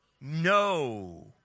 No